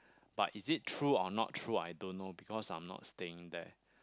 but is it true or not true I don't know because I'm not staying there